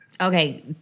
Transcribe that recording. Okay